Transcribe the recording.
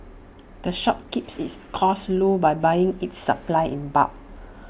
the shop keeps its costs low by buying its supplies in bulk